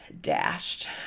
dashed